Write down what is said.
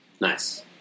Nice